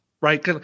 right